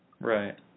right